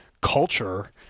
culture